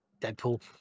deadpool